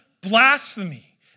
blasphemy